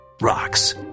rocks